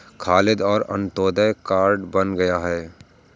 खालिद का Antyodaya ration card बन गया है